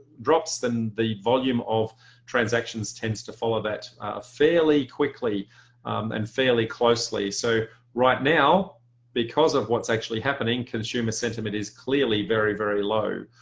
drops then the volume of transactions tends to follow that fairly quickly and fairly closely. so right now because of what's actually happening, consumer sentiment is clearly very very low.